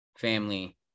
family